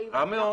רע מאוד.